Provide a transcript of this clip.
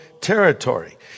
territory